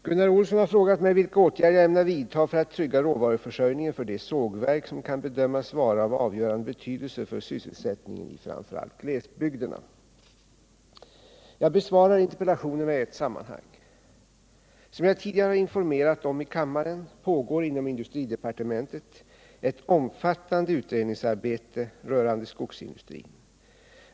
Gunnar Olsson har frågat mig vilka åtgärder jag ämnar vidta för att trygga råvaruförsörjningen för de sågverk som kan bedömas vara av avgörande betydelse för sysselsättningen i framför allt glesbygderna. Jag besvarar interpellationerna i ett sammanhang. Som jag tidigare har informerat om i kammaren pågår inom industridepartementet ett omfattande utredningsarbete rörande skogsindustrin.